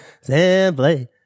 simply